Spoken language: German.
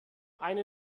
eine